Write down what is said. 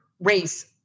race